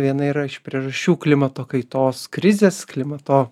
viena yra iš priežasčių klimato kaitos krizės klimato